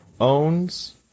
owns